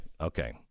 Okay